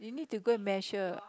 you need to go and measure